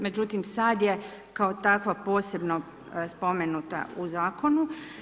Međutim, sada je kao takva posebno spomenuta u zakonu.